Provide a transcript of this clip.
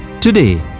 Today